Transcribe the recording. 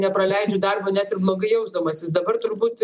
nepraleidžiu darbo ne tik blogai jausdamasis dabar turbūt